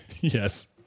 Yes